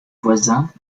voisin